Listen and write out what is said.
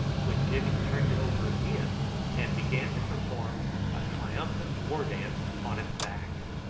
when jimmy turned it over again and began to perform a triumphant war-dance on its back.